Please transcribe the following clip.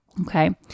okay